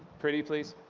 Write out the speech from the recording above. pretty please.